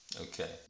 Okay